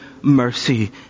mercy